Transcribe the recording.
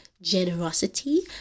generosity